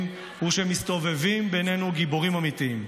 הוא שמסתובבים בינינו גיבורים אמיתיים,